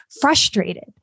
frustrated